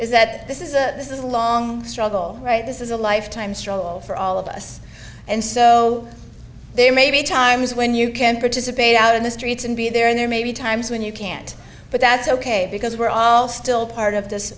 is that this is a this is a long struggle right this is a lifetime struggle for all of us and so there may be times when you can participate out in the streets and be there and there may be times when you can't but that's ok because we're all still part of this